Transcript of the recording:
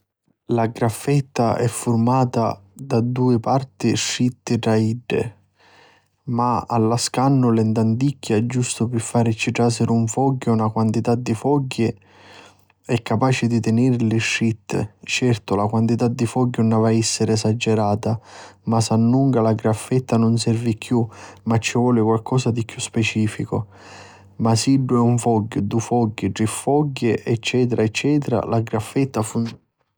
La graffetta è furmata da dui parti stritti tra d'iddi, ma allascannuli tanticchia, giustu pi farici trasiri un fogghiu o na quantità di fogghi, è capaci di tènirili stritti, certu la quantità di fogghi nun havi a essiri esagirata masannunca la graffetta nun servi chiù ma ci voli qualchi cosa di chiù specificu. Ma siddu è un fogghiu, dui fogghi, tri fogghi ecc. ecc. la graffetta funziona.